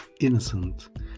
innocent